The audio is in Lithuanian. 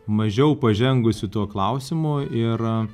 mažiau pažengusių tuo klausimu ir